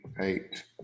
eight